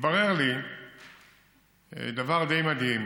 התברר לי דבר די מדהים,